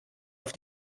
auf